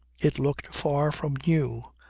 it looked far from new,